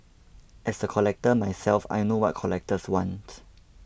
as a collector myself I know what collectors wants